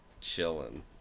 chilling